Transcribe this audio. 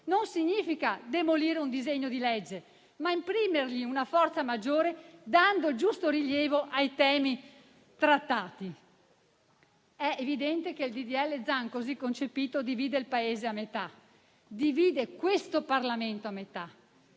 significa non demolire un disegno di legge, ma imprimergli una forza maggiore, dando il giusto rilievo ai temi trattati. È evidente che il disegno di legge Zan, così concepito, divide il Paese a metà. Divide questo Parlamento a metà.